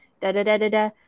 da-da-da-da-da